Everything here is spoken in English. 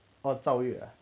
orh 赵粤 ah